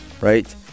right